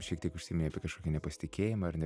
šiek tiek užsiminei apie kažkokį nepasitikėjimą ar ne